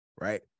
right